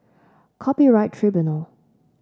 Copyright Tribunal